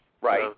Right